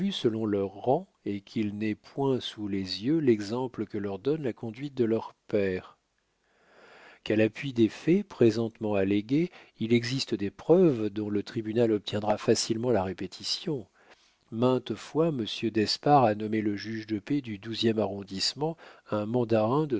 selon leur rang et qu'ils n'aient point sous les yeux l'exemple que leur donne la conduite de leur père qu'à l'appui des faits présentement allégués il existe des preuves dont le tribunal obtiendra facilement la répétition maintes fois monsieur d'espard a nommé le juge de paix du douzième arrondissement un mandarin